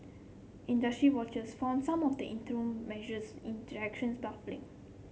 industry watchers found some of the interim measures in directions baffling